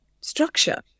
structure